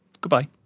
Goodbye